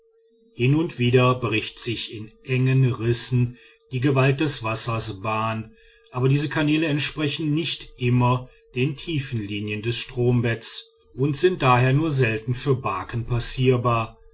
hin und wieder bricht sich in engen rissen die gewalt des wassers bahn aber diese kanäle entsprechen nicht immer den tiefenlinien des strombettes und sind daher nur selten für barken passierbar